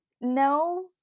no